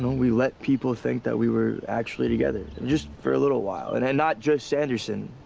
we let people think that we were actually together. and just for a little while, and and not just sanderson.